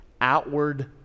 outward